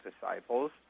disciples